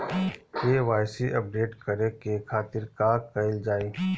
KYC update करे के खातिर का कइल जाइ?